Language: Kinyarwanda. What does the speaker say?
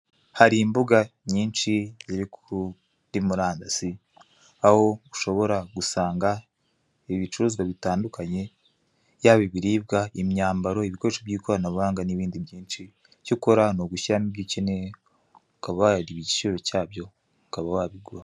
Hari imbuga nyinshi ziri kuri murandasi aho ushobora gusanga ibicuruzwa bitandukanye: yaba ibiribwa, imyambaro, ibikoresho by'ikoranabuhanga n'ibindi byinshi, icyo ukora ni ugushyiramo ibyo ukeneye ukaba wareba igiciro cyabyo, ukaba wabigura.